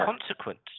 consequence